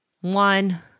One